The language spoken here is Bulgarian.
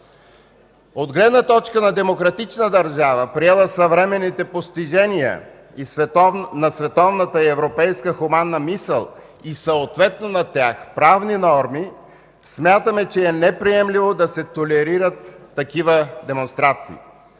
От гледна точка на демократична държава, приела съвременните постижения на световната и европейска хуманна мисъл и съответно на тях правни норми, смятаме, че е неприемливо да се толерират такива демонстрации.